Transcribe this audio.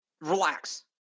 relax